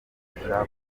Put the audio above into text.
afasha